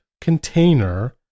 container